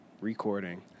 recording